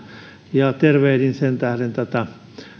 ja tervehdin sen tähden tätä